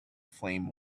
flame